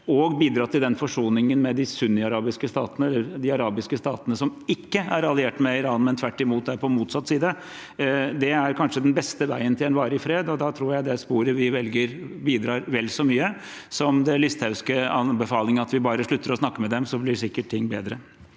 og bidra til forsoning med de sunniarabiske statene, de arabiske statene som ikke er alliert med Iran, men tvert imot er på motsatt side. Det er kanskje den beste veien til en varig fred, og da tror jeg det sporet vi velger, bidrar vel så mye som Listhaugs anbefaling, at bare vi slutter å snakke med dem, så blir sikkert ting bedre.